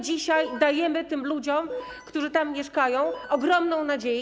Dzisiaj dajemy tym ludziom, którzy tam mieszkają, ogromną nadzieję.